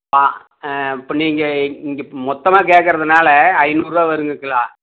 ஆ இப்போ நீங்கள் இங்கே மொத்தமாக கேக்கிறதுனால ஐந்நூறுபா வருதுங்க கிலோ